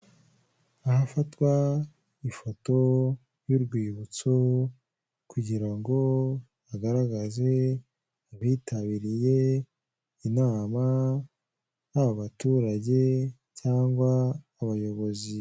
Aba ni abantu benshi bicaye ahantu hamwe barakeye cyane bisa nk'aho bakuze ubitegereje neza, imbere yabo hari meza y'umweru iriho ururabo ndetse n'ibindi bitabo nabashije kumenya ibyo aribyo.